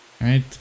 right